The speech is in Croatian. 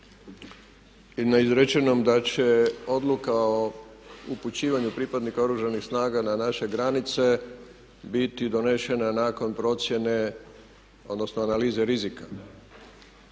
i na izrečenom da će Odluka o upućivanju pripadnika Oružanih snaga na naše granice biti donesena nakon procjene odnosno analize rizika.